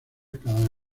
cada